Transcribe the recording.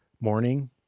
morning